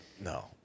No